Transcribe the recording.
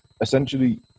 Essentially